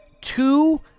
two